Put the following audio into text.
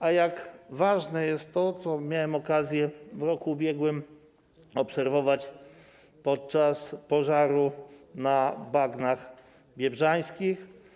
A jak ważne jest to, miałem okazję w roku ubiegłym obserwować podczas pożaru na Bagnach Biebrzańskich.